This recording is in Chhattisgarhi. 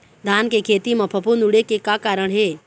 धान के खेती म फफूंद उड़े के का कारण हे?